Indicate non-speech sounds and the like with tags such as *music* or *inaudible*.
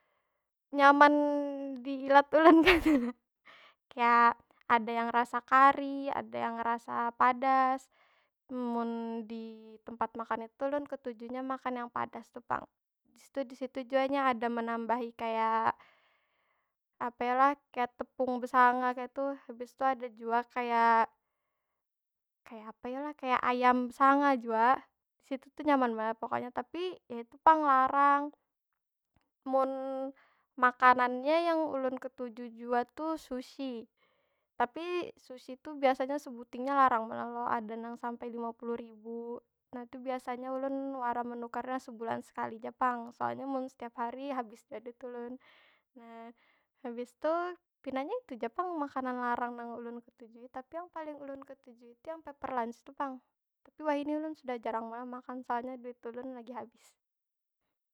Nyaman di ilat ulun kaytu *laughs* nah. Kaya, ada yang rasa kari, ada yang rasa padas. Mun di tempat makan itu tuh ulun ketujunya makan yang padas tu pang. Habis tu di situjua nya ada menambahi kaya, apa yo lah? Kaya tepung besanga kaytu. Habis tu ada jua kaya, kaya apa yo lah? Kaya ayam besanga jua. Di situ tu nyaman pokonya. Tapi, yaitu pang larang. Mun makanannya yang ulun ketuju jua tu sushi. Tapi, sushi tu biasanya sebutingnya larang banar lo. Ada nang sampai lima puluh ribu. Nah tu biasanya ulun, wara menukarnya sebulan sekali ja pang. Soalnya mun setiap hari habis jua duit ulun. Nah, habis tu pinanya itu ja pang makanan larang nang ulun ketujui. Tapi nang paling ulun ketujui tu yang paper lunch tu pang. Tapi wahini ulun sudah jarang banar makan, soalnya duit ulun lagi habis.